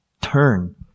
turn